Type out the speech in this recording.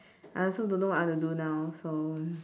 I also don't know what I want to do now so